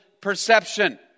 perception